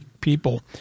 people